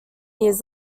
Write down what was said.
years